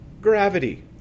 gravity